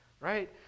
right